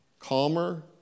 calmer